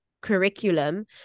curriculum